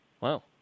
Wow